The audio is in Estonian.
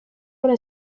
ole